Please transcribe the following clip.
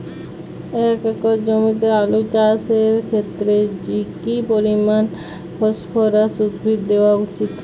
এক একর জমিতে আলু চাষের ক্ষেত্রে কি পরিমাণ ফসফরাস উদ্ভিদ দেওয়া উচিৎ?